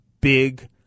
big